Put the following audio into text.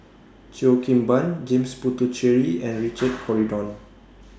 Cheo Kim Ban James Puthucheary and Richard Corridon